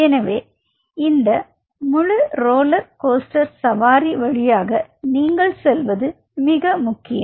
எனவே இந்த முழு ரோலர் கோஸ்டர் சவாரி வழியாக நீங்கள் செல்வது மிகவும் முக்கியம்